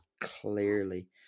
clearly